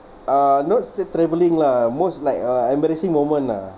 uh not said travelling lah most like a embarrassing moment lah